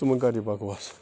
ژٕ مہٕ کَر یہِ بکواس